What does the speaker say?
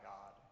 God